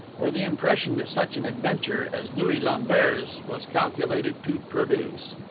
or the impression that such an adventure as louis lambert's was calculated to produce.